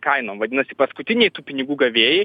kainom vadinasi paskutiniai tų pinigų gavėjai